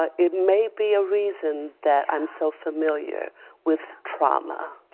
ah it may be a reason that i am so familiar with trauma.